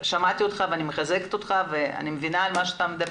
שמעתי ואני מחזקת אותך ואני מבינה את מה שאתה אומר